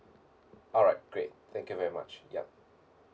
alright great thank you very much yup